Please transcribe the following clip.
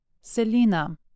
Selena